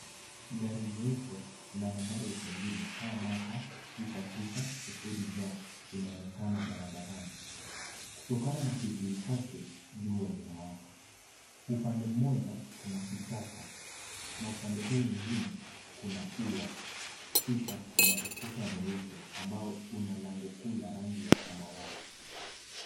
Gari jeupe la nambari ya usajili KDH 990J linaonekana barabarani. Kutokana na kivuli chake, jua linawaka. Upande mmoja kuna kichaka na upande huu mwingine kuna ua. Kisha kuna ukuta mweupe ambao una lango kuu la rangi ya samawati.